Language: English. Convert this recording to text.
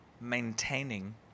maintaining